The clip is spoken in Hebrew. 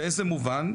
באיזה מובן?